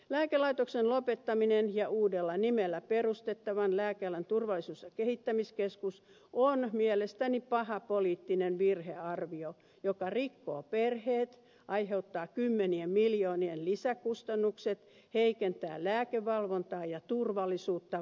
lääkelaitoksen lopettaminen ja uudella nimellä perustettava lääkealan turvallisuus ja kehittämiskeskus on mielestäni paha poliittinen virhearvio joka rikkoo perheet aiheuttaa kymmenien miljoonien lisäkustannukset heikentää lääkevalvontaa ja turvallisuutta vuosiksi eteenpäin